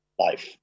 life